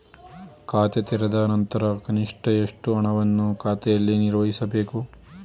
ಖಾತೆ ತೆರೆದ ನಂತರ ಕನಿಷ್ಠ ಎಷ್ಟು ಹಣವನ್ನು ಖಾತೆಯಲ್ಲಿ ನಿರ್ವಹಿಸಬೇಕು?